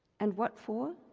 and what for?